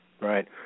right